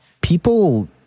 people